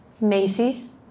Macy's